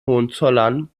hohenzollern